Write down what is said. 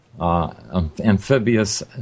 amphibious